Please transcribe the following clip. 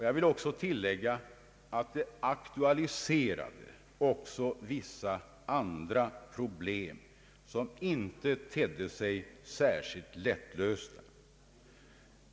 Jag vill också tillägga att förslaget aktualiserade vissa andra problem som inte tedde sig särskilt lättlösta.